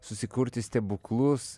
susikurti stebuklus